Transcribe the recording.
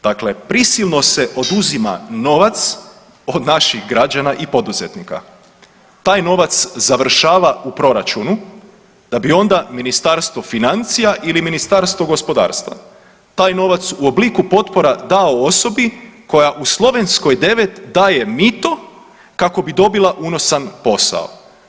Dakle, prisilno se oduzima novac od naših građana i poduzetnika, taj novac završava u proračunu da bi onda Ministarstvo financija ili Ministarstvo gospodarstva taj novac u obliku potpora dao osobi koja u Slovenskoj 9 daje mito kako bi dobila unosan posao.